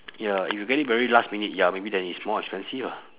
ya if you get it very last minute ya maybe then it's more expensive ah